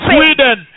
Sweden